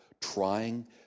trying